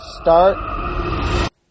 start